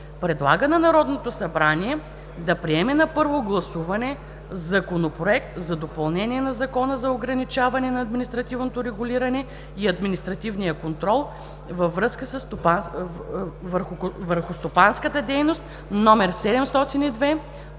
предлага на Народното събрание да приеме на първо гласуване Законопроект за допълнение на Закона за ограничаване на административното регулиране и административния контрол върху стопанската дейност,